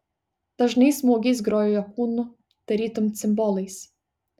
dažnais smūgiais grojo jo kūnu tarytum cimbolais